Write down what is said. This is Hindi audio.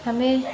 हमें